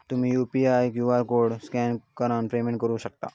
तुम्ही UPI QR code scan करान payment करू शकता